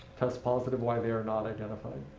test positive why they are not identified?